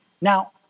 Now